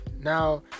Now